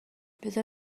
بذار